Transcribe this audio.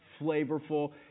flavorful